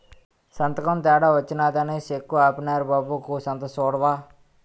సంతకం తేడా వచ్చినాదని సెక్కు ఆపీనారు బాబూ కూసంత సూడవా